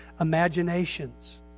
imaginations